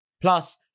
Plus